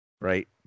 right